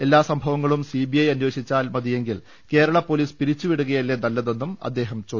എല്ലാ സംഭവ ങ്ങളും സിബിഐ അന്വേഷിച്ചാൽ മതിയെങ്കിൽ കേരള പൊലീസ് പിരിച്ചുവിടുകയല്ലെ നല്ലതെന്നും അദ്ദേഹം ചോദിച്ചു